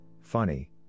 funny